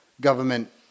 government